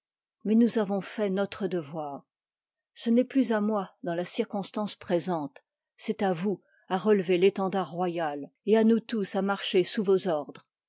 mais nous avons fait notre devoir ce n'est plus à nioi dans la circonstance présente c'est à vous à relever l'e'tendard royal et à nous tous à marcher sous vos ordres